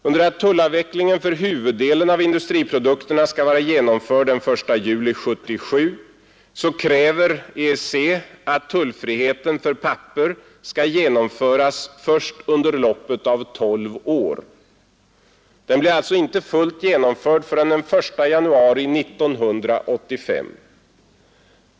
Under det att tullavvecklingen för huvuddelen av industriprodukterna skall vara genomförd den 1 juli 1977 kräver EEC att tullfriheten för papper skall genomföras först under loppet av tolv år. Den blir alltså inte fullt genomförd förrän den 1 januari 1985.